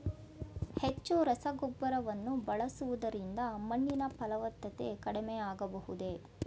ಹೆಚ್ಚು ರಸಗೊಬ್ಬರವನ್ನು ಬಳಸುವುದರಿಂದ ಮಣ್ಣಿನ ಫಲವತ್ತತೆ ಕಡಿಮೆ ಆಗಬಹುದೇ?